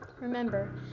Remember